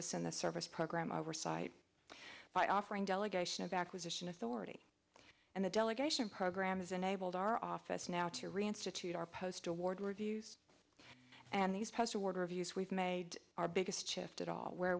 send the service program oversight by offering delegation of acquisition authority and the delegation program has enabled our office now to reinstitute our post award reviews and these past award reviews we've made our biggest just at all where